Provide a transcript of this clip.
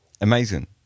Amazing